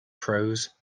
prose